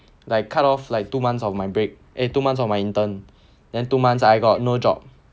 like cut off like two months of my break eh two months of my intern then two months I got no job